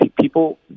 People